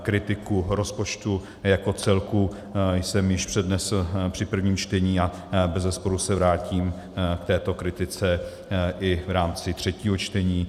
Kritiku rozpočtu jako celku jsem již přednesl při prvním čtení a bezesporu se vrátím k této kritice i v rámci třetího čtení.